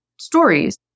stories